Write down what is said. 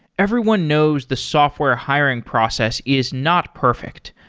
everyone knows the software hiring process is not perfect.